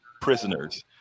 prisoners